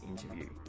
interview